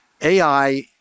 AI